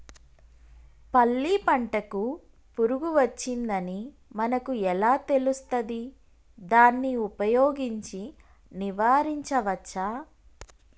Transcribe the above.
పల్లి పంటకు పురుగు వచ్చిందని మనకు ఎలా తెలుస్తది దాన్ని ఉపయోగించి నివారించవచ్చా?